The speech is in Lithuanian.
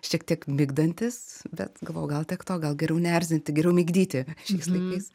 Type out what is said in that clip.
šiek tiek migdantis bet galvoju gal tiek to gal geriau neerzinti geriau migdyti šiais laikais